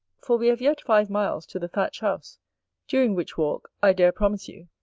for we have yet five miles to the thatched house during which walk, i dare promise you,